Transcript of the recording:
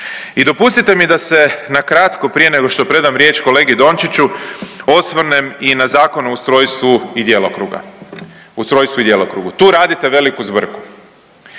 I dopustite mi da se nakratko prije nego što predam riječ kolegi Dončiću osvrnem i na Zakon o ustrojstvu i djelokruga, ustrojstvu i